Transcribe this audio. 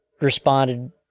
responded